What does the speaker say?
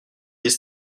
des